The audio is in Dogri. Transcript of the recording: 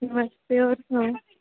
नमस्ते होर सनाओ